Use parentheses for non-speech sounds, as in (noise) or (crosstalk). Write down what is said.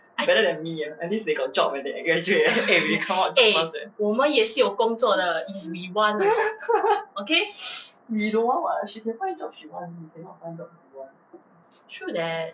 better than me ah at least they got job when they graduate eh we come out (laughs) we come out (laughs) we don't want [what] she can find job she want we cannot find job we want